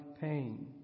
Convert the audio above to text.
pain